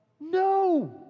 No